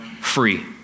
free